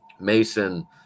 Mason